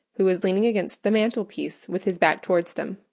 who was leaning against the mantel-piece with his back towards them.